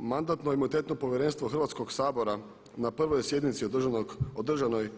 Mandatno-imunitetno povjerenstvo Hrvatskog sabora na prvoj sjednici održanoj